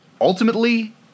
ultimately